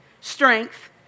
strength